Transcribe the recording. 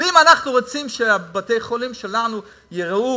ואם אנחנו רוצים שבתי-החולים שלנו ייראו